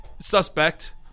suspect